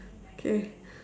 okay